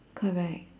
correct